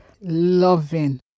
loving